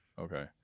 okay